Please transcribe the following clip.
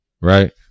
Right